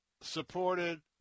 supported